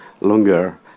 longer